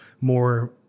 more